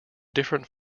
different